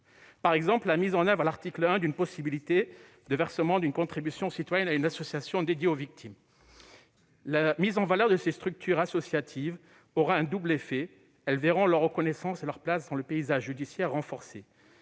notamment de la mise en place à l'article 1 d'une possibilité de versement d'une contribution citoyenne à une association dédiée à l'aide aux victimes. La mise en valeur de ces structures associatives aura un double effet, puisqu'elles verront leur reconnaissance et leur place dans le paysage judiciaire renforcées.